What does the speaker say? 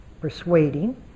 persuading